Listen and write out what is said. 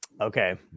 Okay